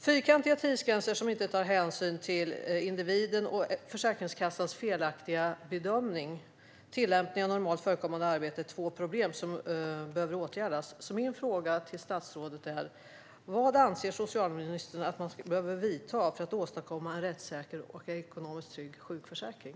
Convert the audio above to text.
Fyrkantiga tidsgränser som inte tar hänsyn till individen och Försäkringskassans felaktiga bedömning vid tillämpning av normalt förekommande arbete är två problem som behöver åtgärdas. Min fråga till statsrådet är därför: Vilka åtgärder anser socialministern att man behöver vidta för att åstadkomma en rättssäker och ekonomisk trygg sjukförsäkring?